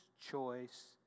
choice